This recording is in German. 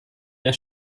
der